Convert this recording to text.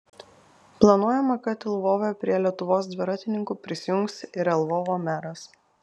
planuojama kad lvove prie lietuvos dviratininkų prisijungs ir lvovo meras